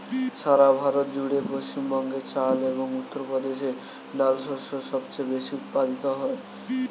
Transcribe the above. সারা ভারত জুড়ে পশ্চিমবঙ্গে চাল এবং উত্তরপ্রদেশে ডাল শস্য সবচেয়ে বেশী উৎপাদিত হয়